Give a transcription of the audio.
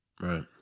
Right